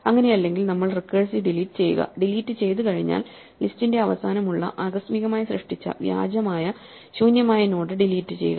അങ്ങനെയല്ലെങ്കിൽ നമ്മൾ recursive delete ചെയ്യുക delete ചെയ്തു കഴിഞ്ഞാൽ ലിസ്റ്റിന്റെ അവസാനം ഉള്ള ആകസ്മികമായി സൃഷ്ടിച്ച വ്യാജമായ ശൂന്യമായ നോഡ് ഡിലീറ്റ് ചെയ്യുക